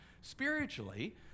Spiritually